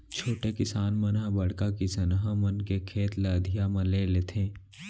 छोटे किसान मन ह बड़का किसनहा मन के खेत ल अधिया म ले लेथें